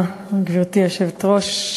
גברתי היושבת-ראש,